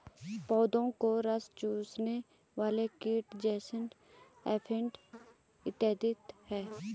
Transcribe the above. पौधों का रस चूसने वाले कीट जैसिड, एफिड इत्यादि हैं